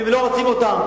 אם הם לא רוצים אותם,